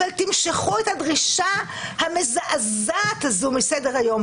אבל תמשכו את הדרישה המזעזעת הזו מסדר היום.